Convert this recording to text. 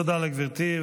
תודה לגברתי.